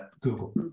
Google